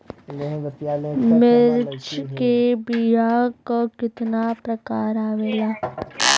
मिर्चा के बीया क कितना प्रकार आवेला?